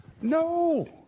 no